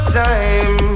time